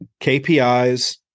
KPIs